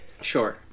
Sure